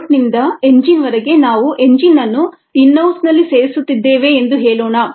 ಬೋಲ್ಟ್ನಿಂದ engine ವರೆಗೆ ನಾವು engine ಅನ್ನು ಇನ್ ಹೌಸ್ ನಲ್ಲಿ ಸೇರಿಸುತ್ತಿದ್ದೇವೆ ಎಂದು ಹೇಳೋಣ